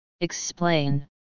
explain